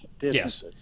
yes